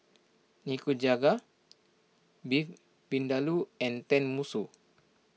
Nikujaga Beef Vindaloo and Tenmusu